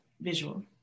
visual